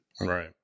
right